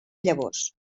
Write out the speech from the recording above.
llavors